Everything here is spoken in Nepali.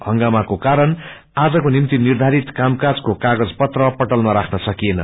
हंगामाको कारण आजको निम्ति निर्धारित काम काजको कागजपत्र पटलमा राख्न वकिएन